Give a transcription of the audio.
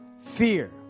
fear